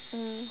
mm